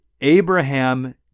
Abraham